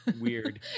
weird